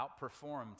outperformed